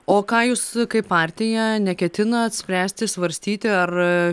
o ką jūs kaip partija neketinat spręsti svarstyti ar